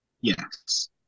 Yes